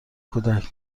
کودک